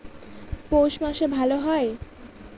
পৌষ মাসে ভালো হয়?